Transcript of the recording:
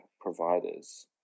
providers